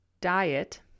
diet